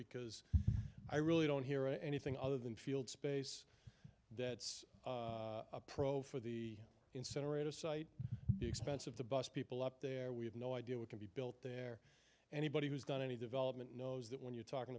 because i really don't hear anything other than field space that's a pro for the incinerator site the expense of the bust people up there we have no idea what can be built there anybody who's done any development knows that when you're talking